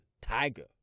tiger